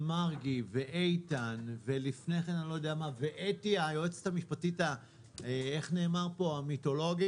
מרגי ואיתן ואתי היועצת המשפטית המיתולוגית.